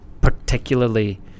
particularly